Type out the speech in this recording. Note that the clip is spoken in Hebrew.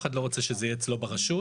אף אחד לא רוצה שזה יהיה אצלו ברשות.